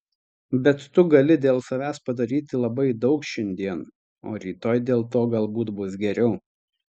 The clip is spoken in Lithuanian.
bet tu gali dėl savęs padaryti labai daug šiandien o rytoj dėl to galbūt bus geriau